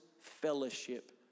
fellowship